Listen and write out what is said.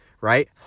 right